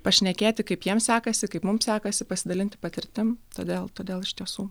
pašnekėti kaip jiem sekasi kaip mum sekasi pasidalinti patirtimi todėl todėl iš tiesų